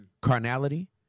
carnality